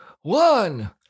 one